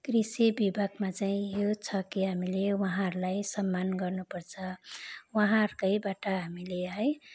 कृषि विभागमा चाहिँ यो छ कि हामीले उहाँहरूलाई सम्मान गर्नुपर्छ उहाँहरूकैबाट हामीले है